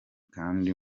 kandi